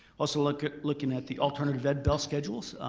also looking at looking at the alternative ed bell schedules,